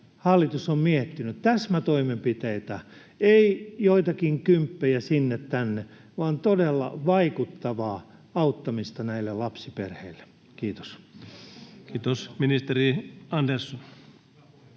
hallitus on miettinyt — täsmätoimenpiteitä, ei joitakin kymppejä sinne tänne vaan todella vaikuttavaa auttamista — näille lapsiperheille? — Kiitos. [Speech